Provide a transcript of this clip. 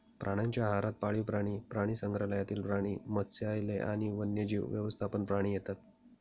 प्राण्यांच्या आहारात पाळीव प्राणी, प्राणीसंग्रहालयातील प्राणी, मत्स्यालय आणि वन्यजीव व्यवस्थापन प्राणी येतात